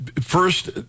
first